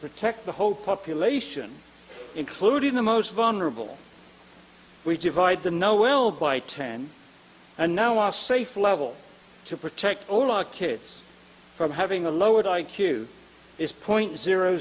protect the whole population including the most vulnerable we divide the know well by ten and now are safe level to protect all our kids from having a lowered i q is point zero